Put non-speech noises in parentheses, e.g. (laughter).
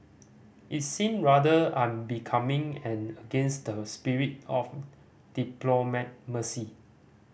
it seemed rather unbecoming and against the spirit of (unintelligible)